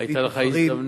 היתה לך הזדמנות.